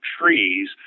trees